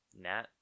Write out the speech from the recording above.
Nat